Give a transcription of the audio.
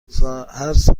ساعت